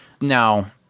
Now